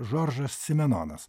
žoržas simenonas